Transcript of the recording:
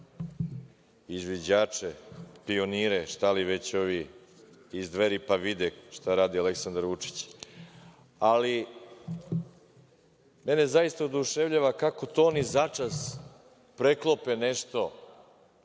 izviđače, pionire, šta li već ovi iz Dveri, pa vide šta radi Aleksandar Vučić. Mene zaista oduševljava kako oni to začas preklope nešto,